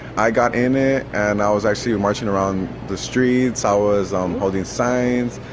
i got in it and i was actually marching around the streets, i was um holding signs.